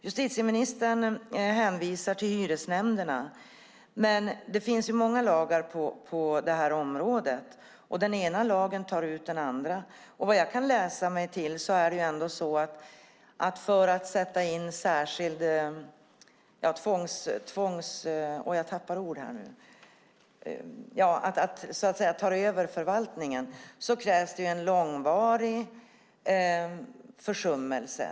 Justitieministern hänvisar till hyresnämnderna, men det finns ju många lagar på det här området och den ena lagen tar ut den andra. Vad jag kan läsa mig till är att det ändå krävs en långvarig försummelse för att man ska kunna sätta in tvångsförvaltning.